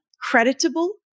creditable